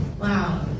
wow